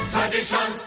Tradition